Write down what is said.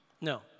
No